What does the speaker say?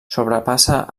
sobrepassa